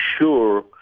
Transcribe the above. sure